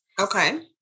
Okay